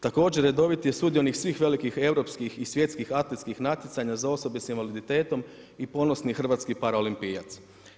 Također redoviti je sudionik svih velikih europskih i svjetskih atletskih natjecanja za osobe s invaliditetom i ponosi hrvatski paraolimpijac.